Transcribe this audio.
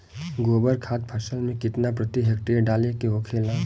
गोबर खाद फसल में कितना प्रति हेक्टेयर डाले के होखेला?